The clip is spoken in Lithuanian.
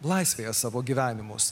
laisvėje savo gyvenimus